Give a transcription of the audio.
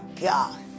God